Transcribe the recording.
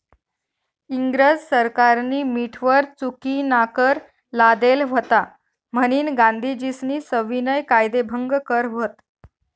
इंग्रज सरकारनी मीठवर चुकीनाकर लादेल व्हता म्हनीन गांधीजीस्नी सविनय कायदेभंग कर व्हत